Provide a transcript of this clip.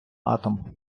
атом